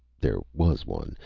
there was one.